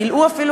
מילאו אפילו,